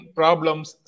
problems